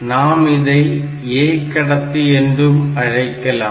நாம் இதை A கடத்தி என்றும் அழைக்கல்லாம்